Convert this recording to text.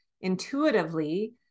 intuitively